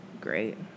great